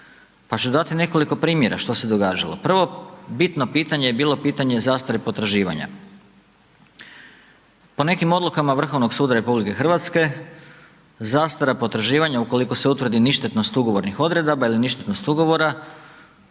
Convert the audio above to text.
pa ću dati nekoliko primjera što se događalo. Prvo bitno pitanje je bilo pitanje zastare potraživanja, po nekim odlukama Vrhovnog suda RH zastara potraživanja ukoliko se utvrdi ništetnost ugovornih odredaba ili ništetnost ugovora